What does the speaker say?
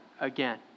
again